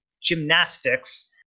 gymnastics